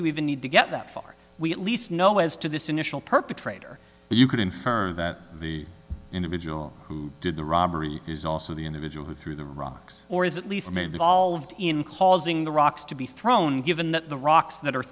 you even need to get that far we at least know as to this initial perpetrator you could infer that the individual who did the robbery is also the individual who threw the rocks or is at least devolved in causing the rocks to be thrown given that the rocks that are